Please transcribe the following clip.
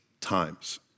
times